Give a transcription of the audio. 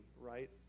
right